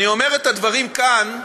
אני אומר את הדברים כאן,